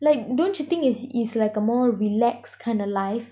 like don't you think is is like a more relaxed kind of life